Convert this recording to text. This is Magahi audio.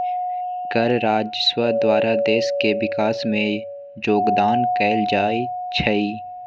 कर राजस्व द्वारा देश के विकास में जोगदान कएल जाइ छइ